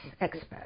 expert